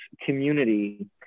community